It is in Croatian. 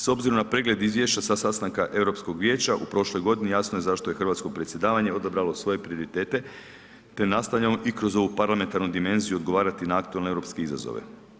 S obzirom na pregled izvješća sa stanka Europskog vijeća u prošloj godini jasno je zašto je hrvatsko predsjedavanje odabralo svoje prioritete te nastavljamo i kroz ovu parlamentarnu dimenziju odgovarati na aktualne europske izazove.